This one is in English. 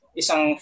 isang